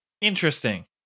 Interesting